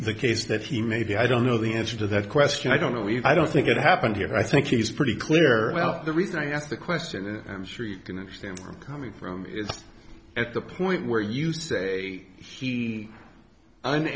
the case that he may be i don't know the answer to that question i don't know if i don't think it happened here but i think it's pretty clear well the reason i asked the question and i'm sure you can understand where i'm coming from is at the point where you say he an